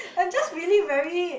I'm just really very